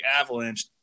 avalanche